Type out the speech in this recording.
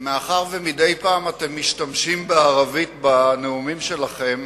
מאחר שמדי פעם אתם משתמשים בערבית בנאומים שלכם,